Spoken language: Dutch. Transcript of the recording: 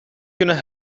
kunnen